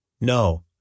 No